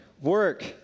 work